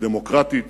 ודמוקרטית